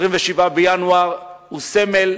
27 בינואר הוא סמל,